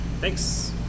Thanks